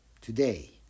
Today